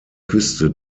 küste